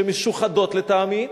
שמשוחדות לטעמי,